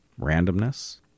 randomness